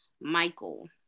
Michael